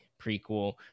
prequel